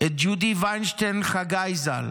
את ג'ודי וינשטיין חגי ז"ל,